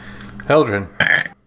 Eldrin